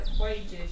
wages